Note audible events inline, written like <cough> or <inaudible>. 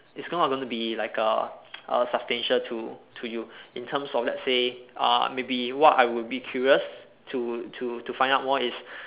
it's not gonna be like a <noise> a substantial to to you in terms of let's say uh maybe what I would be curious to to to find out more is